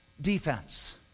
defense